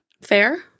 fair